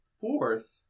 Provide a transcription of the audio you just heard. Fourth